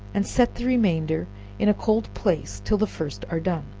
and set the remainder in a cold place till the first are done.